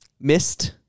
missed